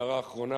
הערה אחרונה.